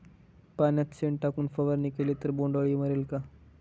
पाण्यात शेण टाकून फवारणी केली तर बोंडअळी मरेल का?